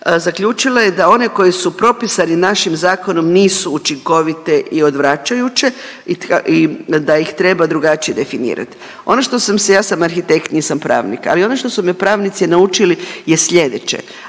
zaključila je da one koje su propisani našim zakonom nisu učinkovite i odvraćajuće i da ih treba drugačije definirat. Ono što sam, ja sam arhitekt nisam pravnik, ali ono što su me pravnici naučili je slijedeće,